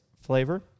flavor